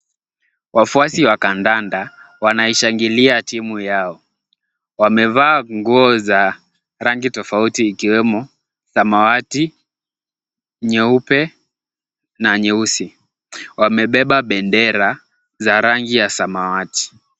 Wafuasi wa kandanda wanaishangilia timu yao. Wamevaa nguo za rangi tofauti ikiwemo samawati, nyeupe na nyeusi. Wamebeba bendera za rangi ya samawati.